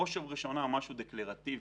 בראש ובראשונה, משהו דקלרטיבי.